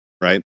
right